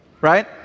right